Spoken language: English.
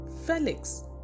Felix